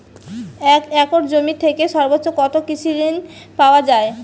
এক একর জমি থেকে সর্বোচ্চ কত কৃষিঋণ পাওয়া য়ায়?